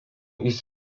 jis